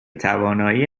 توانایی